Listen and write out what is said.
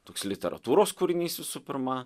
toks literatūros kūrinys visų pirma